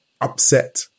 upset